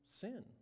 sin